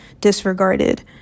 disregarded